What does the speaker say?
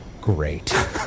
great